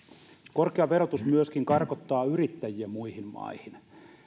korkea verotus myöskin karkottaa yrittäjiä muihin maihin